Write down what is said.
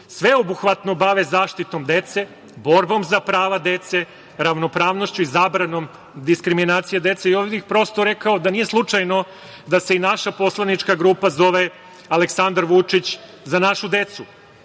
sveobuhvatno bave zaštitom dece, borbom za prava dece, ravnopravnošću i zabranom diskriminacije dece i ovde bih prosto rekao da nije slučajno da se i naša poslanička grupa zove "Aleksandar Vučić – Za našu decu".